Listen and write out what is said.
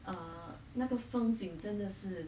err 那个风景真的是